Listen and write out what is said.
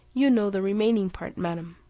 you know the remaining part, madam,